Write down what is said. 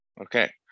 Okay